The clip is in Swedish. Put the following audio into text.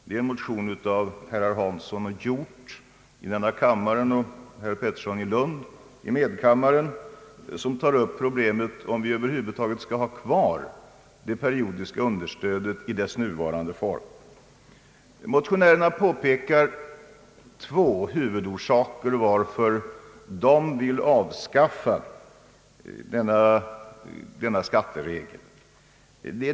Det är en motion av herrar Hansson och Hjorth i denna kammare och herr Pettersson i Lund i andra kammaren, vilka tar upp problemet om vi över huvud taget skall ha kvar det periodiska understödet i dess nuvarande form. Motionärerna framhåller två huvudorsaker till att de vill avskaffa denna skatteregel.